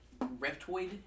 reptoid